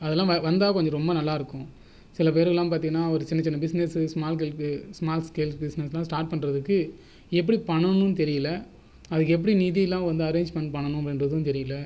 அதலாம் வந்தால் கொஞ்சம் ரொம்ப நல்லாயிருக்கும் சிலப்பேருலாம் பார்த்தீங்கன்னா ஒரு சின்னசின்ன business small help small help பிஸ்னஸ்லாம் ஸ்டார்ட் பண்ணுறதுக்கு எப்படி பண்ணனும்னு தெரியலை அதுக்கு எப்படி நிதியெல்லாம் அரேஞ்ச்மென்ட் பண்ணனும் அப்படின்றதும் தெரியலை